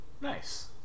nice